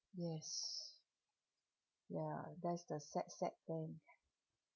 yes ya that's the sad sad thing